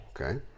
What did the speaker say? Okay